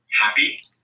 happy